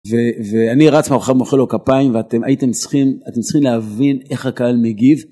ואני רץ מאחורה ומוחא לו כפיים, ואתם הייתם צריכים, אתם צריכים להבין איך הקהל מגיב